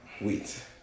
wait